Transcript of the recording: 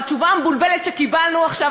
התשובה המבולבלת שקיבלנו עכשיו,